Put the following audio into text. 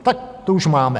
Tak to už máme.